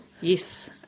Yes